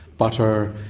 butter,